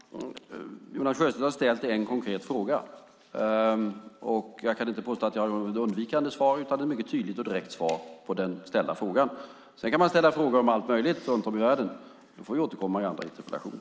Fru talman! Jonas Sjöstedt har ställt en konkret fråga. Jag kan inte påstå att jag har givit ett undvikande svar utan ett mycket tydligt och direkt svar på den ställda frågan. Sedan kan man ställa frågor om allt möjligt runt om i världen. Då får vi återkomma i andra interpellationer.